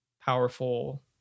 powerful